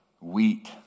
Wheat